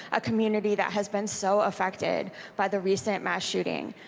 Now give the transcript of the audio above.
a community that has been so affected by the recent mass shooting.